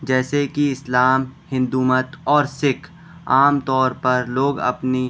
جیسے کہ اسلام ہندومت اور سکھ عام طور پر لوگ اپنی